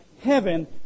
heaven